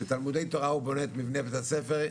ותלמודי תורה הוא בונה את מבני בית הספר.